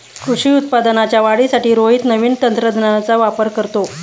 कृषी उत्पादनाच्या वाढीसाठी रोहित नवीन तंत्रज्ञानाचा वापर करतो